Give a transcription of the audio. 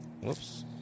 Whoops